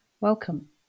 Welcome